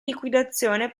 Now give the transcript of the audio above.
liquidazione